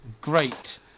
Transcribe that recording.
great